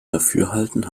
dafürhalten